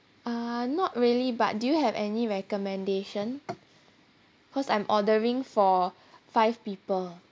uh not really but do you have any recommendation cause I'm ordering for five people